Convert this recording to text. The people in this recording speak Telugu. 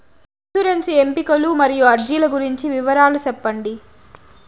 ఇన్సూరెన్సు ఎంపికలు మరియు అర్జీల గురించి వివరాలు సెప్పండి